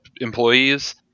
employees